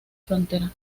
frontera